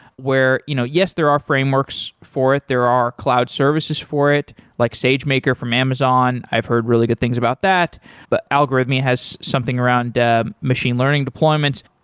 where you know yes, there are frameworks for it, there are cloud services for it, like sagemaker from amazon, i've heard really good things about. but algorithmia has something around ah machine learning deployments.